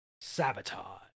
Sabotage